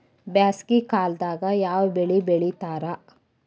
ಬ್ಯಾಸಗಿ ಕಾಲದಾಗ ಯಾವ ಬೆಳಿ ಬೆಳಿತಾರ?